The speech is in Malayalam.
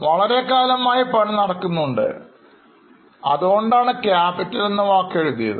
വളരെക്കാലമായി നടക്കുന്നുണ്ട് അതുകൊണ്ടാണ്ക്യാപിറ്റൽ എന്ന വാക്ക് എഴുതിയത്